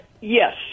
Yes